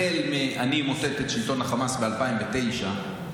החל מ"אני אמוטט את שלטון החמאס" ב-2009, הם